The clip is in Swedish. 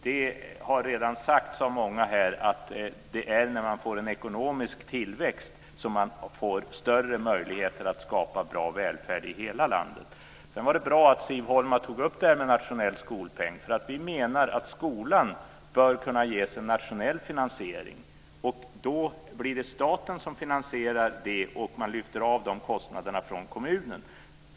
Det har redan sagts av många här att det är när man får en ekonomisk tillväxt som man får större möjligheter att skapa bra välfärd i hela landet. Det är bra att Siv Holma tog upp frågan om nationell skolpeng. Vi menar att skolan bör kunna ges en nationell finansiering. Då blir det staten som finansierar den, och man lyfter av de kostnaderna från kommunen.